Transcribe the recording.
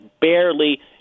barely